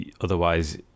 otherwise